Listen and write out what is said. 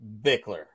Bickler